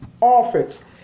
office